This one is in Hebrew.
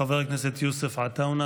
חבר הכנסת יוסף עטאונה,